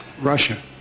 Russia